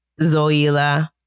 Zoila